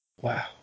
Wow